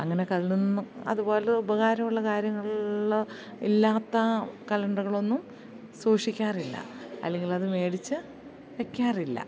അങ്ങനെ കൽന്നും അതുപോലെ ഉപകാരമുള്ള കാര്യങ്ങളിൽ ഇല്ലാത്ത കലണ്ടറുകളൊന്നും സൂക്ഷിക്കാറില്ല അല്ലെങ്കിൽ അത് മേടിച്ച് വെക്കാറില്ല